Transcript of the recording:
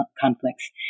conflicts